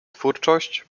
twórczość